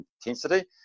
intensity